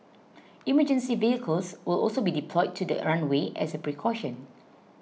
emergency vehicles will also be deployed to the runway as a precaution